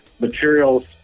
materials